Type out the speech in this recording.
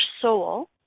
soul